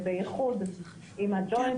יחד עם הג'וינט